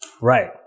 Right